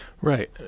Right